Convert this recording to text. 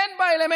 אין בה אלמנטים,